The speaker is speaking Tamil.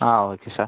ah okay sir